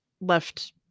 left